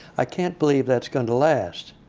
i can't believe that's going to last.